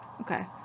okay